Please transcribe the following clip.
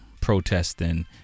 protesting